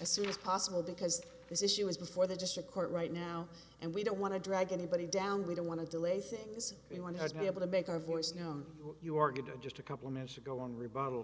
as soon as possible because this issue is before the district court right now and we don't want to drag anybody down we don't want to delay things we want to be able to make our voice known you are going to just a couple minutes to go on rebuttal